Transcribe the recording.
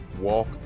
walk